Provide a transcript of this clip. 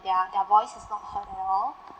their their voice is not heard at all